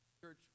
Church